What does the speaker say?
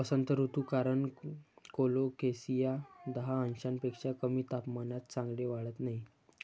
वसंत ऋतू कारण कोलोकेसिया दहा अंशांपेक्षा कमी तापमानात चांगले वाढत नाही